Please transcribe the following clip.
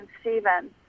Stephen